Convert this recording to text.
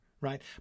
right